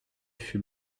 fut